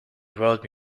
world